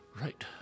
Right